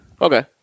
Okay